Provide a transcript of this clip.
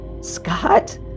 Scott